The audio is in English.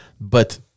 but-